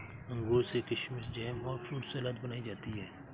अंगूर से किशमिस जैम और फ्रूट सलाद बनाई जाती है